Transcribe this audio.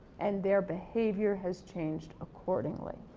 and their behavior has changed accordingly.